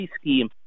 scheme